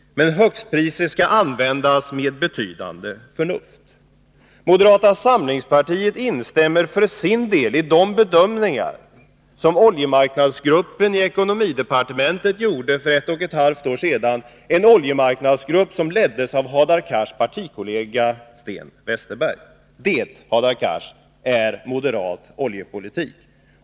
Men högstpriser skall användas med betydande förnuft. Moderata samlingspartiet instämmer för sin del i de bedömningar som oljemarknadsgruppen i ekonomidepartementet gjorde för ett och ett halvt år sedan — en oljemarknadsgrupp som leddes av Hadar Cars partikollega Sten Westerberg. Det, Hadar Cars, är moderat oljepolitik!